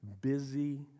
busy